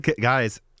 guys